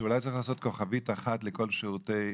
שאולי צריך לעשות כוכבית אחת לכל השירותים.